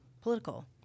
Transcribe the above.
political